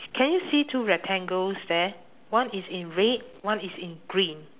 can you see two rectangles there one is in red one is in green